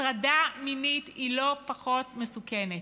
הטרדה מינית היא לא פחות מסוכנת.